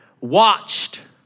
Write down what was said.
watched